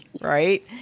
right